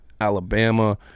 Alabama